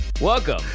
Welcome